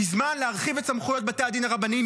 כי זמן להרחיב את סמכויות בתי הדין הרבניים,